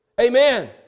Amen